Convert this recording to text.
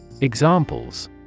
Examples